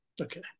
Okay